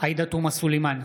עאידה תומא סלימאן,